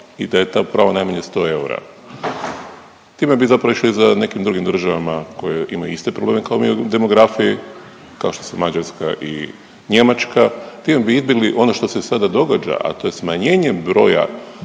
i da je to pravo najmanje 100 eura. Time bi zapravo išli i za nekim drugim državama koje imaju iste probleme kao mi u demografiji kao što su Mađarska i Njemačka. Time bi izbjegli ono što se sada događa, a to je smanjenje broja